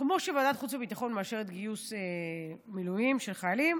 כמו שוועדת חוץ וביטחון מאשרת גיוס מילואים של חיילים,